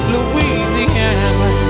Louisiana